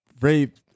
rape